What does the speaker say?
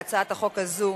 להצעת החוק הזאת